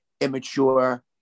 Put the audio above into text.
immature